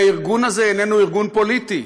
הארגון הזה איננו פליטי,